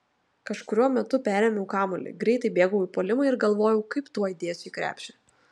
kažkuriuo metu perėmiau kamuolį greitai bėgau į puolimą ir galvojau kaip tuoj dėsiu į krepšį